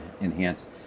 enhance